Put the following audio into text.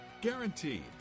Guaranteed